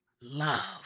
love